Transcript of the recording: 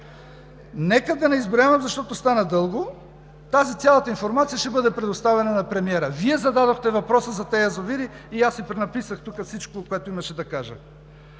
Нека да не изброявам, защото стана дълго. Тази цялата информация ще бъде предоставена на премиера. Вие зададохте въпроса за тези язовири и аз си пренаписах тук всичко, което имаше да кажа.